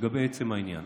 לגבי עצם העניין,